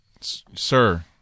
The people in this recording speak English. sir